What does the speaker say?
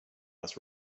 less